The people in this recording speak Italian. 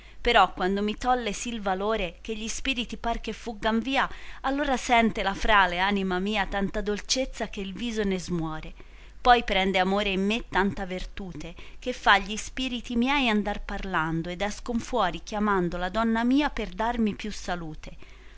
però quando mi tolle sì m valore che gli spiriti par che foggan via allor sente la frale anima mia tanta dolcezza che il viso ne smuòre poi prende amore in me tanta vertute che fa gli spiriti miei andar parlando ed escon fuor chiamando la donna mia per darmi più salute